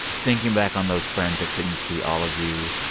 thinking back on those friends that couldn't see all of you,